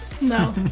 No